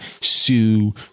Sue